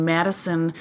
Madison